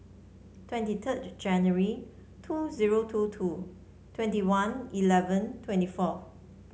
twenty third January two zero two two twenty one eleven twenty four